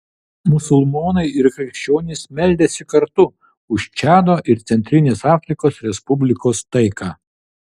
musulmonai ir krikščionys meldėsi kartu už čado ir centrinės afrikos respublikos taiką